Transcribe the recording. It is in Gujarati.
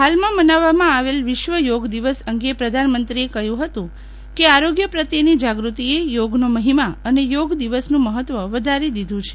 હાલમાં મનાવવામાં આવેલ વિશ્વ યોગ દિવસ અંગે પ્રધાનમંત્રી એ કહ્યું હતું કે આરોગ્ય પ્રત્યેની જાગૃતિ એ થોગ નો મહિમા અને થોગ દિવસનું મહત્વ વધારી દીધું છે